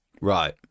Right